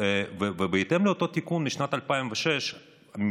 ובהתאם לאותו תיקון משנת 2006 ממשלות